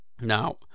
Now